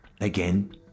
Again